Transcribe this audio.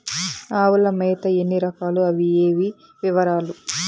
ఆవుల మేత ఎన్ని రకాలు? అవి ఏవి? వివరాలు?